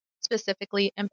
specifically